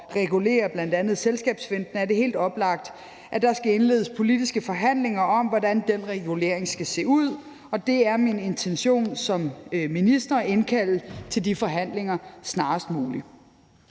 regulere bl.a. selskabsfinten, er det helt oplagt, at der skal indledes politiske forhandlinger om, hvordan den regulering skal se ud. Og det er min intention som minister at indkalde til de forhandlinger snarest muligt.